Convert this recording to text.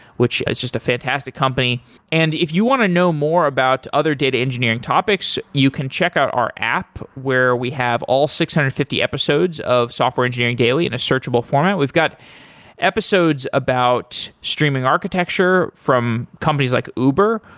which is just a fantastic company and if you want to know more about other data engineering topics, you can check out our app where we have all six hundred and fifty episodes of software engineering daily in a searchable format. we've got episodes about streaming architecture, from companies like uber.